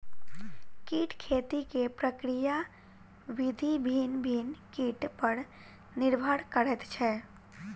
कीट खेती के प्रक्रिया विधि भिन्न भिन्न कीट पर निर्भर करैत छै